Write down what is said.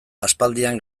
aspaldian